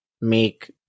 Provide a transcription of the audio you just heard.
make